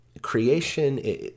Creation